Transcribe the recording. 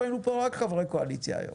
אנחנו היינו פה רק חברי קואליציה היום.